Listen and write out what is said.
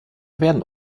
werden